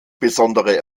besondere